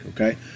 okay